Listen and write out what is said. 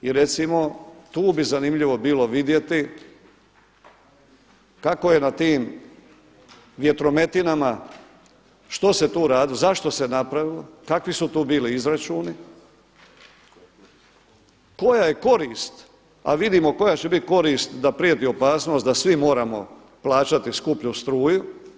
I recimo, tu bi zanimljivo bilo vidjeti kako je na tim vjetrometinama, što se tu radilo, zašto se napravilo, kakvi su tu bili izračuni, koja je korist a vidimo koja će biti korist da prijeti opasnost da svi moramo plaćati skuplju struju.